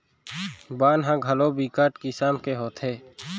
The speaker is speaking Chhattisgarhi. बन ह घलोक बिकट किसम के होथे